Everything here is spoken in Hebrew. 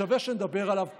שווה שנדבר עליו פעם.